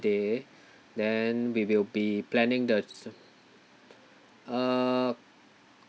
then we will be planning the s~ uh